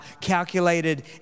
calculated